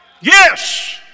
yes